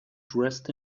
dressed